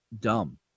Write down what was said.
dumb